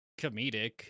comedic